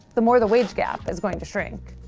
the more the wage gap is going to shrink.